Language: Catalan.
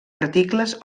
articles